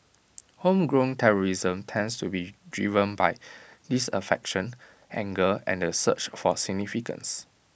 homegrown terrorism tends to be driven by disaffection anger and the search for significance